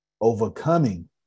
overcoming